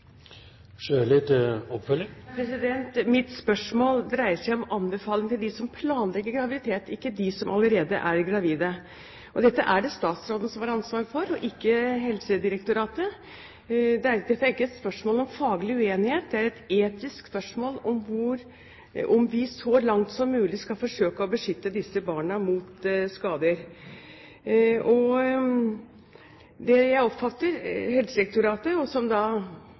statsråden som har ansvar for, og ikke Helsedirektoratet. Dette er ikke et spørsmål om faglig uenighet, det er et etisk spørsmål om vi så langt som mulig skal forsøke å beskytte disse barna mot skader. Og slik jeg oppfatter Helsedirektoratet, som da